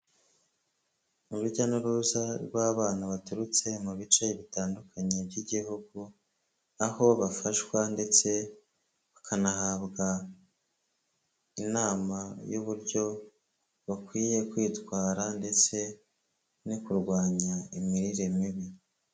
Urujya n'uruza rw'abana baturutse mu bice bitandukanye by'igihugu aho bafashwa ndetse bakanahabwa inama y'uburyo bakwiye kwitwara ndetse no kurwanya imirire mibi.